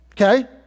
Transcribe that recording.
okay